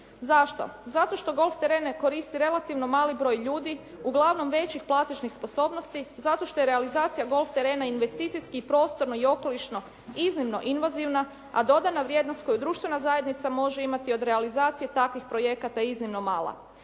Zašto? Zato što golf terene koristi relativno mali broj ljudi uglavnom većih platežnih sposobnosti zato što je realizacija golf terena investicijski, prostorno i okolišno iznimno invazivna a dodana vrijednost koju društvena zajednica može imati od realizacije takvih projekata je iznimno mala.